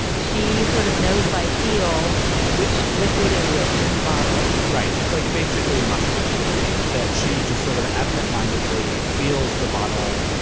she sort of knows by feel which liquid liquid is which in the bottle right. it's like basically muscle memory that she just sort of absentmindedly feels the bottle.